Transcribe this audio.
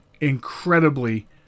incredibly